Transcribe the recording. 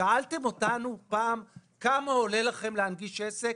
שאלתם אותנו פעם כמה עולה לנו להנגיש עסק?